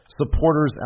supporters